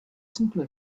simply